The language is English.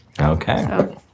Okay